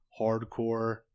hardcore